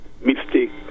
mistake